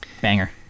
Banger